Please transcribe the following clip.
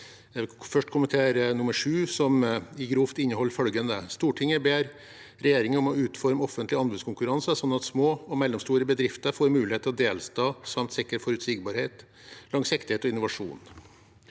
først kommentere forslag nr. 7, som i grovt inneholder følgende: Stortinget ber regjeringen om å utforme offentlige anbudskonkurranser slik at små og mellomstore bedrifter får mulighet til å delta samt sikre forutsigbarhet, langsiktighet og innovasjon.